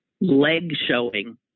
leg-showing